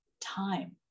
time